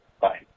Bye